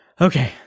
Okay